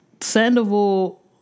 Sandoval